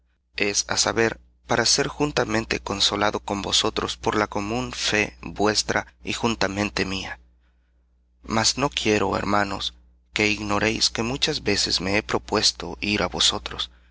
es á saber para ser juntamente consolado con vosotros por la común fe vuestra y juntamente mía mas no quiero hermanos que ignoréis que muchas veces me he propuesto ir á vosotros